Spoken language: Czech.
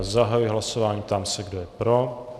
Zahajuji hlasování a ptám se, kdo je pro.